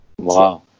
Wow